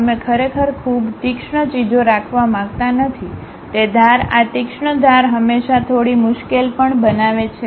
અમે ખરેખર ખૂબ તીક્ષ્ણ ચીજો રાખવા માંગતા નથી તે ધાર આ તીક્ષ્ણ ધાર હંમેશા થોડી મુશ્કેલ પણ બનાવે છે